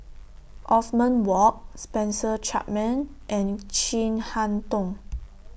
Othman Wok Spencer Chapman and Chin Harn Tong